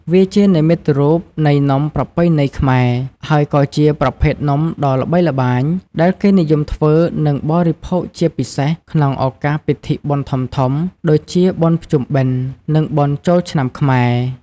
វាជានិមិត្តរូបនៃនំប្រពៃណីខ្មែរ ហើយក៏ជាប្រភេទនំដ៏ល្បីល្បាញ ដែលគេនិយមធ្វើ និងបរិភោគជាពិសេសក្នុងឱកាសពិធីបុណ្យធំៗ ដូចជា បុណ្យភ្ជុំបិណ្ឌ និង បុណ្យចូលឆ្នាំខ្មែរ។